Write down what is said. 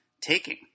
taking